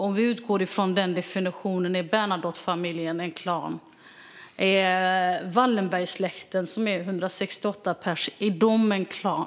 Om vi utgår från den definitionen, är Bernadottefamiljen en klan? Är Wallenbergsläkten på 168 personer en klan?